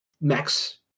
max